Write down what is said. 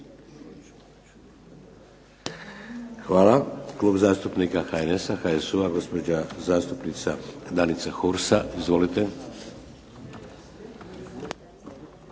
Hvala. Klub zastupnika HNS-a, HSU-a gospođa zastupnica Danica Hursa. Izvolite. **Hursa,